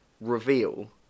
reveal